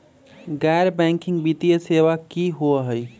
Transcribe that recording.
गैर बैकिंग वित्तीय सेवा की होअ हई?